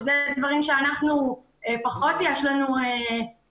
ואלה דברים שלנו יש פחות say לגביהם.